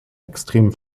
extrem